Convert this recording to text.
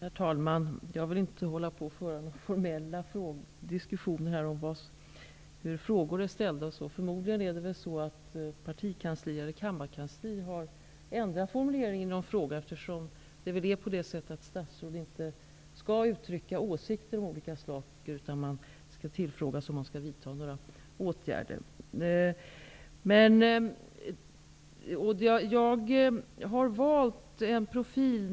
Herr talman! Jag vill inte föra några formella diskussioner om hur frågor är ställda. Det är förmodligen så att partikansli eller kammarkansli har ändrat formuleringen i någon fråga, eftersom statsråd inte skall uttrycka åsikter om olika saker, utan skall tillfrågas om man skall vidta några åtgärder.